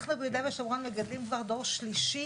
אנחנו ביהודה ושומרון מגדלים כבר דור שלישי